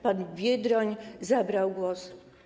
Pan Biedroń zabrał głos.